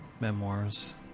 Memoirs